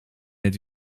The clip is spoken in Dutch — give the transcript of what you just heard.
het